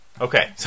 Okay